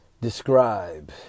describe